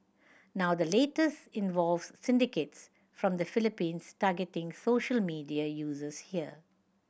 now the latest involves syndicates from the Philippines targeting social media users here